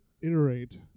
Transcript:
iterate